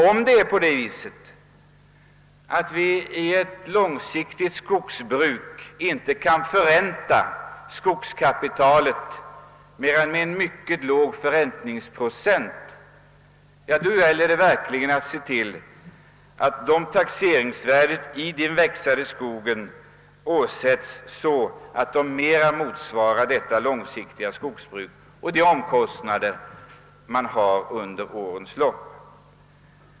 Om det är på det sättet att vi i ett långsiktigt skogsbruk inte kan förränta skogskapitalet med mer än en mycket låg förräntningsprocent, gäller det verkligen att se till att den växande skogen åsättes ett sådant taxeringsvärde, att detta bättre motsvarar omkostnaderna för ett långsiktigt skogsbruk.